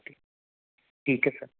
ਠੀ ਠੀਕ ਹੈ ਸਰ